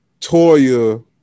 Toya